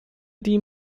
die